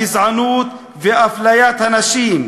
הגזענות ואפליית הנשים,